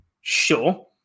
Sure